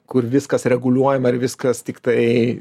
kur viskas reguliuojama ir viskas tiktai